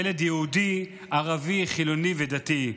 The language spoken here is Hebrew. ילד יהודי, ערבי, חילוני ודתי.